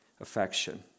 affection